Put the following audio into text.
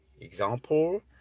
Example